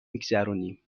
میگذرونیم